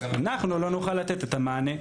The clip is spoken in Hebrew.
אנחנו לא נוכל לתת את המענה,